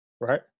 right